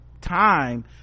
time